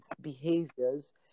behaviors